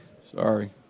Sorry